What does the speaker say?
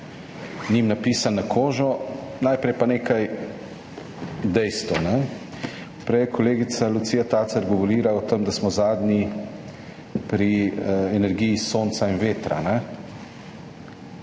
njim pisan na kožo. Najprej pa nekaj dejstev. Prej je kolegica Lucija Tacer govorila o tem, da smo zadnji pri energiji sonca in vetra,